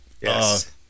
Yes